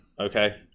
okay